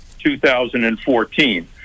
2014